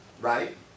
right